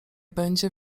będzie